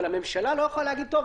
אבל הממשלה לא יכולה להגיד: טוב,